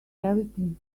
everything